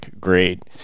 great